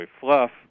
fluff